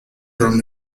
drum